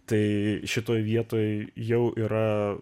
tai šitoj vietoj jau yra